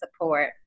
support